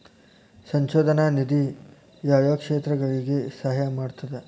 ಸಂಶೋಧನಾ ನಿಧಿ ಯಾವ್ಯಾವ ಕ್ಷೇತ್ರಗಳಿಗಿ ಸಹಾಯ ಮಾಡ್ತದ